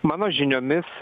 mano žiniomis